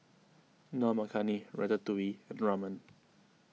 Dal Makhani Ratatouille and Ramen